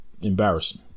embarrassing